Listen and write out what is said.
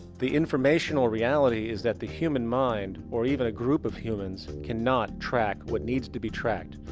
the informational reality is that the human mind or even a group of humans, cannot track what needs to be tracked.